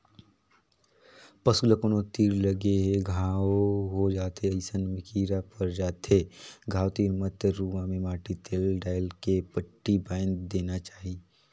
पसू ल कोनो तीर लगे ले घांव हो जाथे अइसन में कीरा पर जाथे घाव तीर म त रुआ में माटी तेल डायल के पट्टी बायन्ध देना चाही